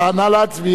נא להצביע.